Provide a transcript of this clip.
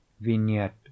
Vignette